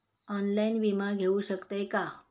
Online विमा घेऊ शकतय का?